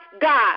God